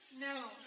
No